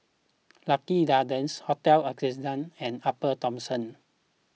Lucky Gardens Hotel Ascendere and Upper Thomson